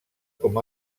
com